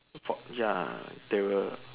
fork ya they will